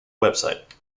website